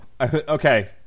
Okay